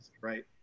right